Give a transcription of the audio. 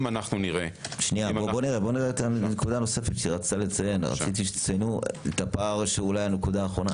אם נראה- -- רציתי שתציינו את הפער של הנקודה האחרונה.